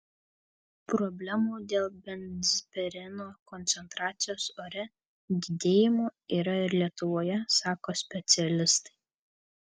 problemų dėl benzpireno koncentracijos ore didėjimo yra ir lietuvoje sako specialistai